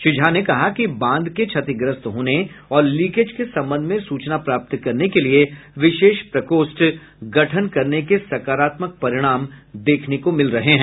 श्री झा ने कहा कि बांध के क्षतिग्रस्त होने और लीकेज के संबंध में सूचना प्राप्त करने के लिए विशेष प्रकोष्ठ गठन करने के सकारात्मक परिणाम देखने को मिले हैं